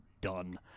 done